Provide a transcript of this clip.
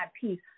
peace